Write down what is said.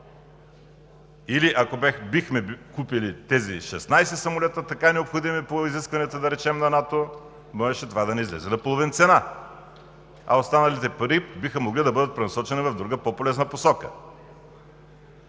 Или ако бихме купили тези 16 самолета, така необходими по изискванията на НАТО, можеше това да ни излезе на половин цена, а останалите пари биха могли да бъдат пренасочени в друга по-полезна посока.